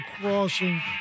crossing